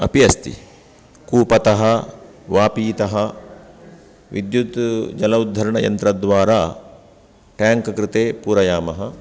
अपि अस्ति कूपतः वापीतः विद्युत् जल उद्धरणयन्त्रद्वारा टेङ्क् कृते पूरयामः